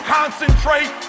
concentrate